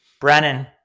Brennan